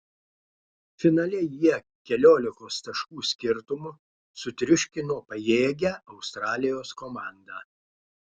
finale jie keliolikos taškų skirtumu sutriuškino pajėgią australijos komandą